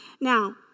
Now